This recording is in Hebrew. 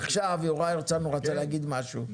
עכשיו יוראי הרצנו רוצה להגיד משהו,